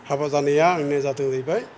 हाबा जानाया आंनि जादों जाहैबाय